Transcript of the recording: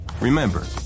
Remember